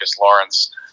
Lawrence